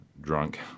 drunk